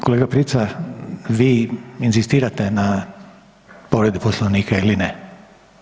Kolega Prica, vi inzistirate na povredi Poslovnika ili ne?